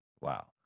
Wow